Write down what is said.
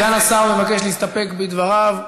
סגן השר מבקש להסתפק בדבריו.